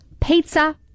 Pizza